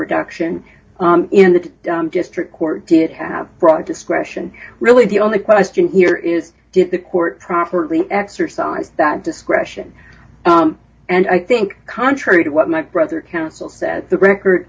reduction in the district court did have broad discretion really the only question here is did the court properly exercise that discretion and i think contrary to what my brother counsel said the record